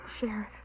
Sheriff